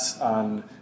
on